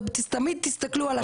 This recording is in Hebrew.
ותמיד תסתכלו על השנים.